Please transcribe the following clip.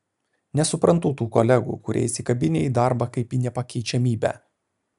nesuprantu tų kolegų kurie įsikabinę į darbą kaip į nepakeičiamybę